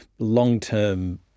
long-term